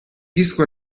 disco